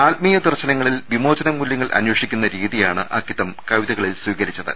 ആത്മീയ ദർശനത്തിൽ വിമോചന മൂല്യ ങ്ങൾ അന്വേഷിക്കുന്ന രീതിയാണ് അക്കിത്തം കവിതകളിൽ സ്വീകരിച്ചത്